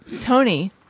tony